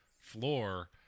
floor